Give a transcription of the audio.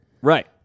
Right